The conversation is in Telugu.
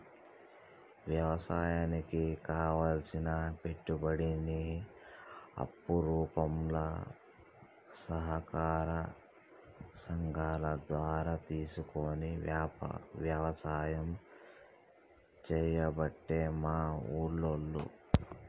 వ్యవసాయానికి కావలసిన పెట్టుబడిని అప్పు రూపంల సహకార సంగాల ద్వారా తీసుకొని వ్యసాయం చేయబట్టే మా ఉల్లోళ్ళు